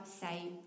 say